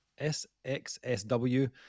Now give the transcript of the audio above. SXSW